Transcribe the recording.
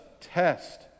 test